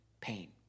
pain